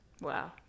Wow